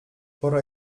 pora